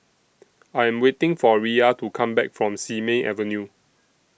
I Am waiting For Riya to Come Back from Simei Avenue